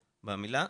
במילה.